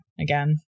Again